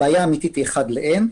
הבעיה האמיתית היא אחד ל-N.